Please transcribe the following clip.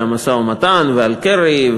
על המשא-ומתן ועל קרי,